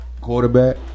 quarterback